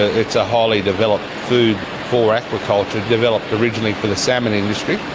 it's a highly developed food for aquaculture developed originally for the salmon industry.